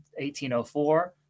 1804